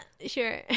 sure